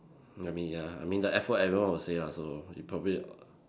I mean ya I mean the F word everyone will say lah so you'll probably